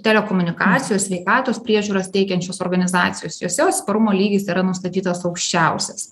telekomunikacijos sveikatos priežiūros teikiančios organizacijos jose atsparumo lygis yra nustatytas aukščiausias